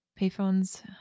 Payphones